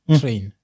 train